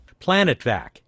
PlanetVac